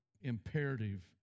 imperative